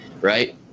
right